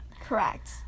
Correct